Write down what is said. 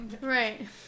Right